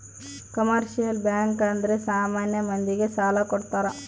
commercial bank ಅಂದ್ರೆ ಸಾಮಾನ್ಯ ಮಂದಿ ಗೆ ಸಾಲ ಕೊಡ್ತಾರ